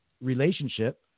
relationship